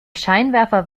scheinwerfer